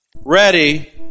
Ready